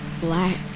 black